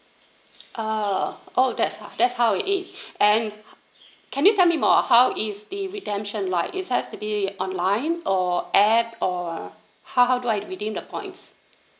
oh oh that that's how it is and can you tell me more how is the redemption like it has to be online or app or how how do I redeem the points